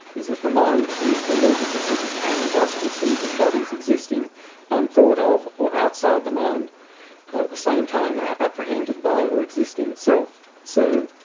is that the mind is deluded to think it can and does conceive of bodies existing unthought of or outside the mind, though at the same time they are apprehended by or exist in itself. so,